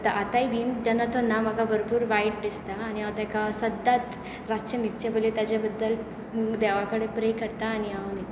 आतांय बी जेन्ना तो ना तेन्ना म्हाका भरपूर वायट दिसता आनी हांव सदाच रातचें न्हिदचें पयलीं ताजें बद्दल देवा कडेन प्रे करतां आनी हांव न्हिदतां